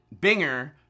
Binger